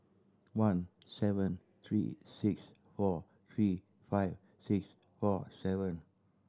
one seven three six four three five six four seven